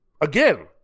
again